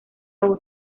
otros